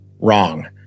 Wrong